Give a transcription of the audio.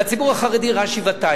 לציבור החרדי רע שבעתיים,